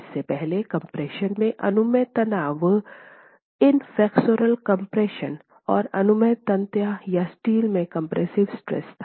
इससे पहले कम्प्रेशन में अनुमेय तनाव और अनुमेय तन्यता या स्टील में कम्प्रेसिव स्ट्रेस था